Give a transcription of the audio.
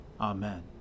Amen